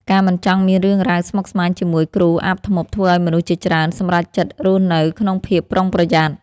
ការមិនចង់មានរឿងរ៉ាវស្មុគស្មាញជាមួយគ្រូអាបធ្មប់ធ្វើឱ្យមនុស្សជាច្រើនសម្រេចចិត្តរស់នៅក្នុងភាពប្រុងប្រយ័ត្ន។